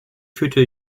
führte